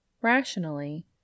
Rationally